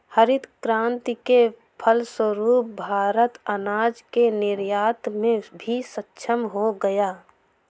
हरित क्रांति के फलस्वरूप भारत अनाज के निर्यात में भी सक्षम हो गया